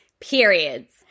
periods